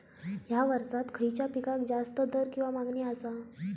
हया वर्सात खइच्या पिकाक जास्त दर किंवा मागणी आसा?